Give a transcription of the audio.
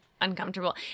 uncomfortable